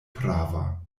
prava